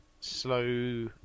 slow